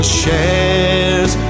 shares